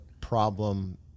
problem